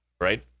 right